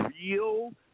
real